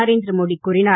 நரேந்திர மோடி கூறினார்